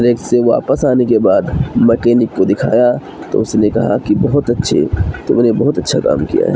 track سے واپس آنے کے بعد مکینک کو دکھایا تو اس نے کہا کہ بہت اچّھے تم نے بہت اچّھا کام کیا ہے